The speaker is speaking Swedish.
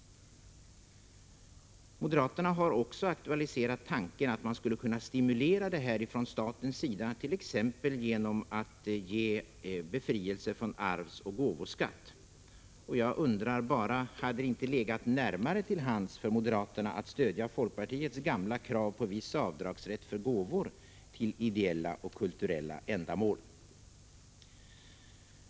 Moderaterna har också aktualiserat tanken att man skulle stimulera detta från statens sida, t.ex. genom att ge befrielse från arvsoch gåvoskatt. Jag undrar bara: Hade det inte legat närmare till hands för moderaterna att stödja folkpartiets gamla krav på viss avdragsrätt för gåvor till ideella och kulturella ändamål?